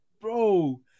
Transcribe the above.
bro